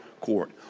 court